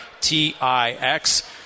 T-I-X